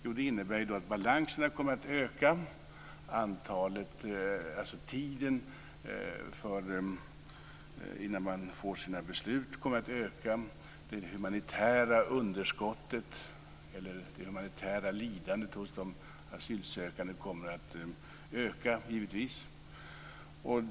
Jo, det innebära att balanserna kommer att öka, tiden innan man får sitt beslut kommer att öka, det humanitära underskottet, lidandet hos de asylsökande, kommer givetvis att öka.